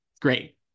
great